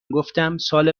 گفتم، سال